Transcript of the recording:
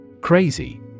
Crazy